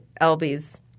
Elby's